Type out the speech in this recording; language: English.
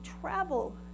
travel